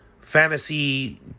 fantasy